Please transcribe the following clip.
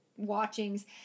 Watchings